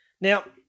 Now